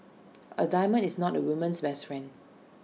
A diamond is not A woman's best friend